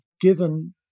given